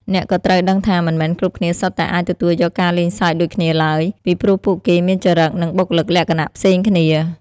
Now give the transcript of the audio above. អ្នកក៏ត្រូវដឹងថា មិនមែនគ្រប់គ្នាសុទ្ធតែអាចទទួលយកការលេងសើចដូចគ្នាឡើយ ពីព្រោះពួកគេមានចរិតនិងបុគ្គលិកលក្ខណៈផ្សេងគ្នា។